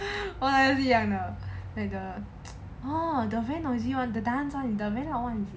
我也是一样的 like the oh the very noisy the dance [one] the very loud [one]